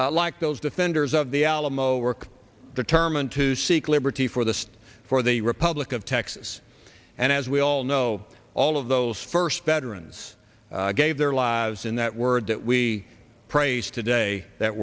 e like those defenders of the alamo work determined to seek liberty for the for the republic of texas and as we all know all of those first veterans gave their lives in that word that we praise today that